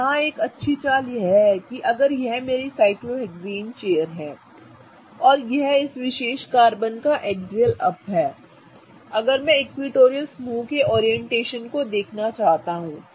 तो यहाँ एक अच्छी चाल यह है कि अगर यह मेरी साइक्लोहेक्सेन चेयर है ठीक है और यह इस विशेष कार्बन का एक्सियल अप है अगर मैं इक्विटोरियल समूहों के ओरिएंटेशन को देखना चाहता हूं